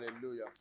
Hallelujah